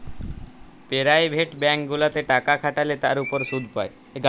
private bank গুলাতে টাকা খাটাল্যে তার উপর শুধ পাই